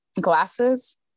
glasses